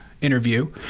interview